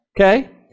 Okay